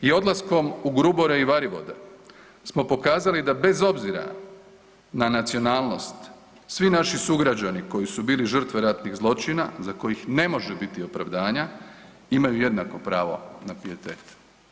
I odlaskom u Grubore i Varivode smo pokazali da bez obzira na nacionalnost svi naši sugrađani koji su bili žrtve ratnih zločina za kojih ne može biti opravdanja imaju jednako pravo na pijetet.